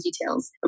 details